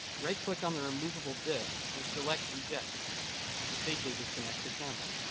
right click on the removable disk and select eject to safely disconnect your camera.